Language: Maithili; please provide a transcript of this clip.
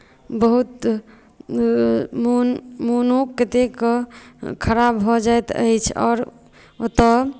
बहुत मोन मोनो कतेकके खराब भऽ जाइत अछि आओर ओतय